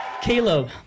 Caleb